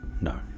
No